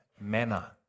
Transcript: manner